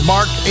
Mark